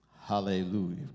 Hallelujah